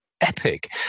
epic